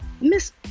Miss